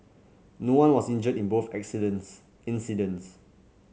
no one was injured in both incidents